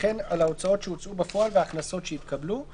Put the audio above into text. וכן על ההוצאות שהוצאו בפועל וההכנסות שהתקבלו,